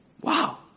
Wow